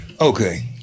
Okay